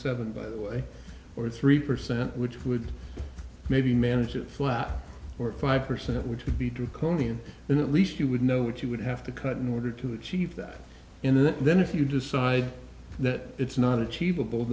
seven by the way or three percent which would maybe manage it flat or five percent which would be draconian and at least you would know what you would have to cut in order to achieve that in that then if you decide that it's not achievable